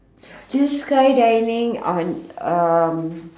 actually skydiving on a